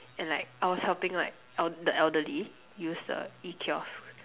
and like I was helping like the elderly use the E-kiosks